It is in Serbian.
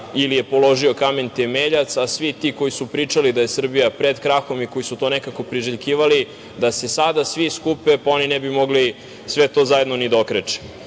ili je položio kamen temeljac, a svi ti, koji su pričali da je Srbija pred krahom i koji su to nekako priželjkivali, da se sada svi skupe oni ne bi mogli sve to zajedno ni da